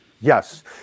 Yes